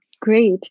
Great